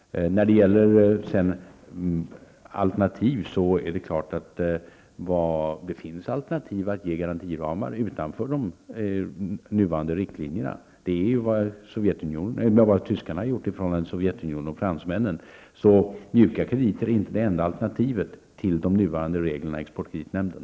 Vidare är det klart att ett alternativ är att ge garantiramar utanför de nuvarande riktlinjerna. Detta är vad tyskarna och fransmännen har gjort i förhållande till Sovjetunionen. Mjuka krediter är alltså inte det enda alternativet till de nuvarande reglerna i exportkreditnämnden.